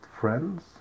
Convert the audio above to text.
friends